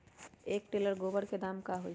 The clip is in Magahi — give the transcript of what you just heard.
एक टेलर गोबर के दाम का होई?